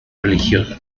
religión